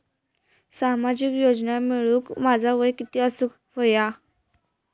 सामाजिक योजना मिळवूक माझा वय किती असूक व्हया?